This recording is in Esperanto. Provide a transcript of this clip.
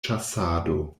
ĉasado